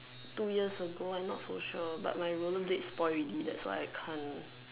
two years ago I not so sure but my rollerblade spoil already that's why I can't